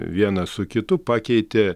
vienas su kitu pakeitė